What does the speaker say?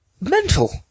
Mental